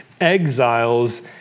exiles